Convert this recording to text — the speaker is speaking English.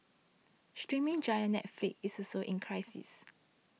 streaming giant Netflix is also in crisis